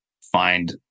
find